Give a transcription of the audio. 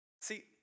See